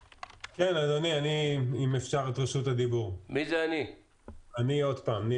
כן, אדוני, יש לי עוד הערה